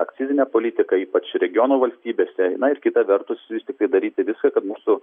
akcizinę politiką ypač regiono valstybėse na ir kita vertus vis tikrai daryti viską kad mūsų